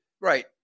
right